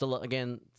again